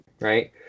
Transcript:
right